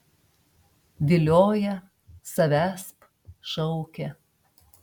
vilioja savęsp šaukia